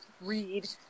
read